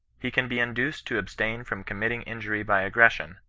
he can be induced to abstain from committing injury by aggression,